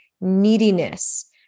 neediness